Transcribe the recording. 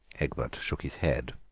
egbert shook his head.